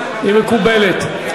היא מקובלת.